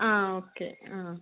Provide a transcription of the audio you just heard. ആ ഓക്കെ ആ